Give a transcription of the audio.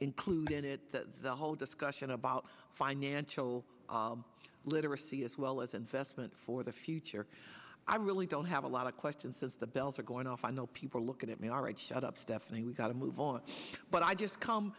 include in it the whole discussion about financial literacy as well as and vestment for the future i really don't have a lot of questions as the bells are going off i know people look at me all right shut up stephanie we've got to move on but i just come